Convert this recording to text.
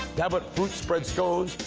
yeah but fruit spread scones,